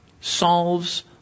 solves